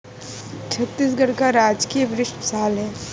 छत्तीसगढ़ का राजकीय वृक्ष साल है